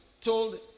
told